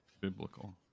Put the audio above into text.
Biblical